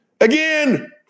Again